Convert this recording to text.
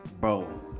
Bro